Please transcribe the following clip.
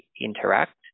interact